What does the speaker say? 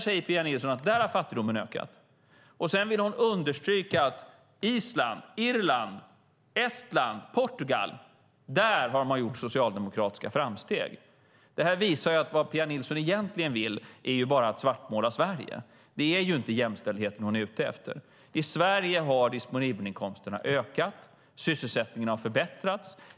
Sedan vill hon understryka att man har gjort socialdemokratiska framsteg i Island, Irland, Estland och Portugal. Det här visar att vad Pia Nilsson egentligen vill bara är att svartmåla Sverige. Det är inte jämställdheten hon är ute efter. I Sverige har de disponibla inkomsterna ökat, och sysselsättningen har förbättrats.